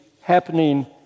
happening